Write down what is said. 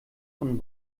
von